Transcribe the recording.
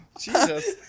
Jesus